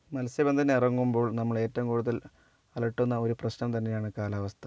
മത്സ്യ ബന്ധനത്തിന് ഇറങ്ങുമ്പോൾ നമ്മളെ ഏറ്റവും കൂടുതൽ അലട്ടുന്ന ഒരു പ്രശ്നം തന്നെയാണ് കാലാവസ്ഥ